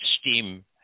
steam